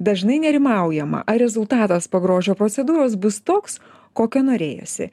dažnai nerimaujama ar rezultatas po grožio procedūros bus toks kokio norėjosi